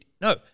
no